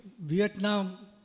Vietnam